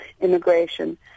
immigration